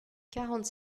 quarante